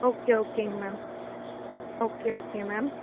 okay ஓகேங்க ma'am okay okay ma'am